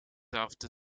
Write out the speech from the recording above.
after